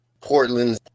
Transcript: Portland